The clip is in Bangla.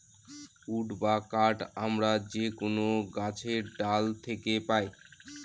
উড বা কাঠ আমরা যে কোনো গাছের ডাল থাকে পাই